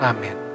Amen